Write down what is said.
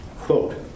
Quote